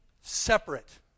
separate